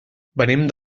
venim